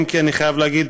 אם כי אני חייב להגיד: